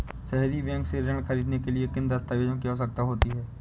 सहरी बैंक से ऋण ख़रीदने के लिए किन दस्तावेजों की आवश्यकता होती है?